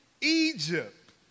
Egypt